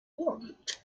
want